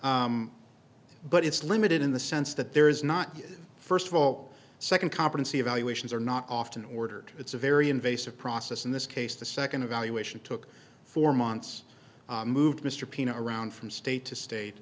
but it's limited in the sense that there is not first of all second competency evaluations are not often ordered it's a very invasive process in this case the second evaluation took four months moved mr pina around from state to state